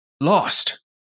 lost